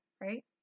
right